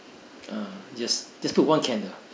ah just just put one can lah